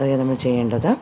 അതു കഴിഞ്ഞ് നമ്മൾ ചെയ്യേണ്ടത്